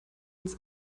ins